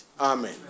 Amen